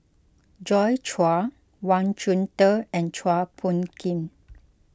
Joi Chua Wang Chunde and Chua Phung Kim